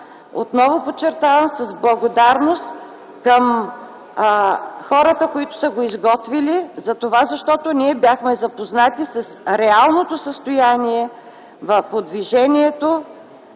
Отново подчертавам – с благодарност към хората, които са го изготвили! Защото ние бяхме запознати с реалното състояние по движението,